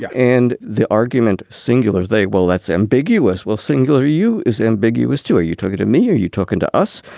yeah and the argument cingular's they. well, that's ambiguous. well singular u is ambiguous too. are you talking to me? are you talking to us?